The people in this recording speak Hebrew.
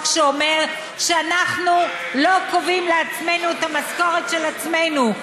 שאומר שאנחנו לא קובעים לעצמנו את המשכורת של עצמנו.